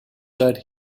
that